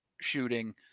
shooting